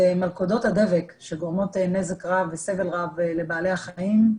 זה מלכודות הדבק שגורמות נזק רב וסבל רב לבעלי החיים.